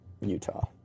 Utah